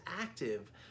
active